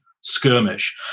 skirmish